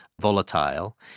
volatile